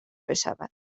بشود